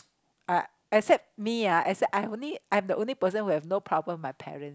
uh except me ah except I am only I am the only person who have no problems my parents